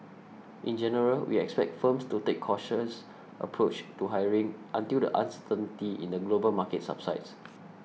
in general we expect firms to take cautious approach to hiring until the uncertainty in the global market subsides